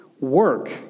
Work